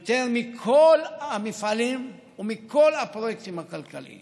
יותר מכל המפעלים ומכל הפרויקטים הכלכליים